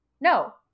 No